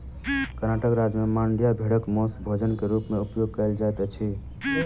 कर्णाटक राज्य में मांड्या भेड़क मौस भोजन के रूप में उपयोग कयल जाइत अछि